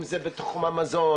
אם זה בתחום המזון,